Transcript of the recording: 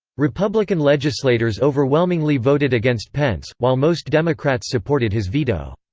republican legislators overwhelmingly voted against pence, while most democrats supported his veto.